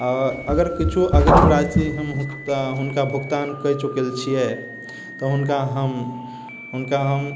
अऽ अगर किछो अग्रिम राशि हम हुनका भुगतान हम कय चुकल छियै तऽ हुनका हम हुनका हम